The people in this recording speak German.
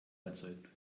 erzeugt